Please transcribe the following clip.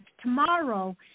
tomorrow